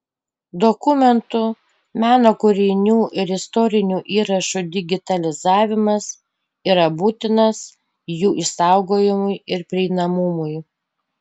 dokumentų meno kūrinių ir istorinių įrašų digitalizavimas yra būtinas jų išsaugojimui ir prieinamumui